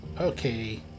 okay